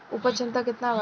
उपज क्षमता केतना वा?